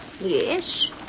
Yes